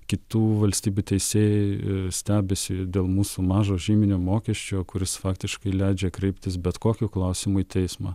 kitų valstybių teisėjai stebisi dėl mūsų mažo žyminio mokesčio kuris faktiškai leidžia kreiptis bet kokiu klausimu į teismą